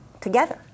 together